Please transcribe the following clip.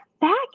back